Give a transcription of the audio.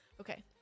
okay